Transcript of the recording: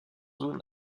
zone